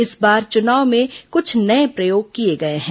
इस बार चुनाव में कुछ नए प्रयोग किए गए हैं